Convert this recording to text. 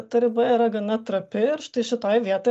ta riba yra gana trapi ir štai šitoj vietoj